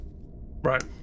right